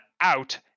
out